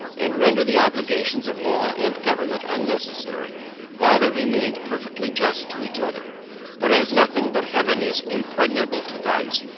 and render the obligations of law and government unnecessary while they remained perfectly just to each other but as nothing but heaven is impregnable to vice,